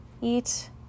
eat